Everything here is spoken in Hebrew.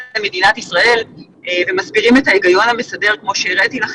פעימה עשירית,